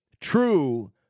true